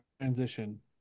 transition